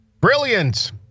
Brilliant